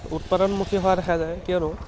উৎপাদনমুখী হোৱা দেখা যায় কিয়নো